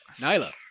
Nyla